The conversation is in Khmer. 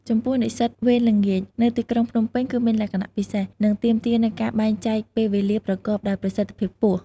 ចំពោះនិស្សិតវេនល្ងាចនៅទីក្រុងភ្នំពេញ គឺមានលក្ខណៈពិសេស និងទាមទារនូវការបែងចែកពេលវេលាប្រកបដោយប្រសិទ្ធភាពខ្ពស់។